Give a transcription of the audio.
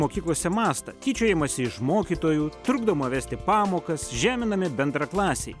mokyklose mastą tyčiojamasi iš mokytojų trukdoma vesti pamokas žeminami bendraklasiai